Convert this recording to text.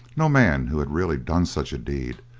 no man who had really done such a deed,